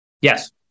Yes